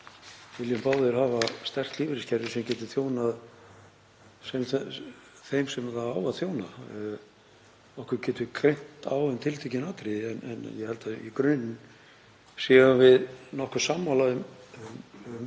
viljum báðir hafa sterkt lífeyriskerfi sem getur þjónað þeim sem það á að þjóna. Okkur getur greint á um tiltekin atriði en ég held að í grunninn séum við nokkuð sammála um